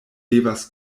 devas